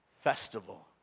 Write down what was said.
festival